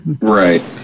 Right